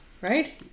right